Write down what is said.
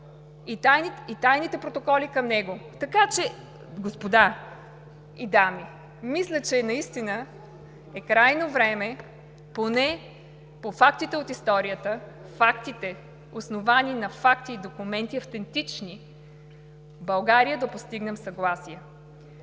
и тайните протоколи към него.“ Така че, господа и дами, мисля, че наистина е крайно време поне по фактите от историята, фактите, основани на факти и документи, автентични в България, да постигнем съгласие.